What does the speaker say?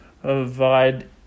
provide